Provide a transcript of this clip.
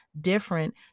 different